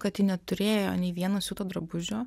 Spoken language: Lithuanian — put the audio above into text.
kad ji neturėjo nei vieno siūto drabužio